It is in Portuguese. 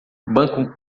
banco